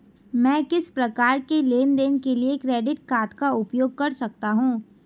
मैं किस प्रकार के लेनदेन के लिए क्रेडिट कार्ड का उपयोग कर सकता हूं?